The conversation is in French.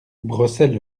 brossaient